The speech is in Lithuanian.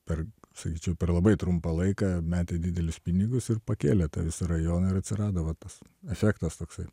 per sakyčiau per labai trumpą laiką metė didelius pinigus ir pakėlė tą visą rajoną ir atsirado va tas efektas toksai